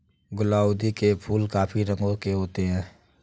गुलाउदी के फूल काफी रंगों के होते हैं